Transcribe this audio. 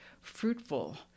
fruitful